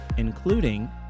Including